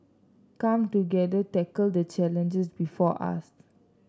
come together tackle the challenges before us